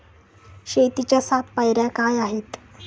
शेतीच्या सात पायऱ्या काय आहेत?